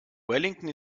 wellington